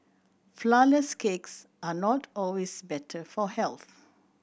flourless cakes are not always better for health